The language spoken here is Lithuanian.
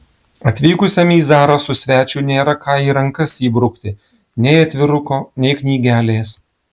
atvykusiam į zarasus svečiui nėra ką į rankas įbrukti nei atviruko nei knygelės